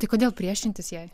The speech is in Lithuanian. tai kodėl priešintis jai